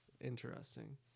Interesting